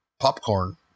Popcorn